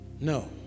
No